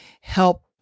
help